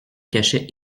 cachet